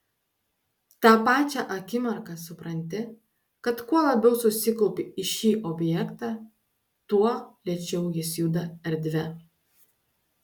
tą pačią akimirką supranti kad kuo labiau susikaupi į šį objektą tuo lėčiau jis juda erdve